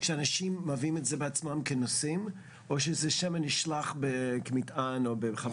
כשאנשים מביאים את זה בעצמם כנושאים או שזה שמה נשלח במטען או בחבילה?